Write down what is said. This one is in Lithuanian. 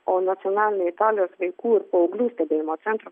o nacionalinei italijos vaikų ir paauglių stebėjimo centro